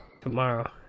Tomorrow